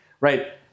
right